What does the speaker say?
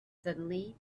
suddenly